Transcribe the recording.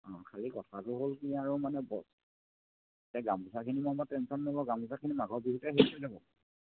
অঁ খালি কথাটো হ'ল কি আৰু মানে বস্তু এই গামোচাখিনি মোৰ মতে টেনচন নল'ব গামোচাখিনি মাঘৰ বিহুতে চেল হৈ যাব